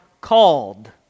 called